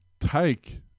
take